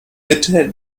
mitte